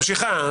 אבל היא ממשיכה.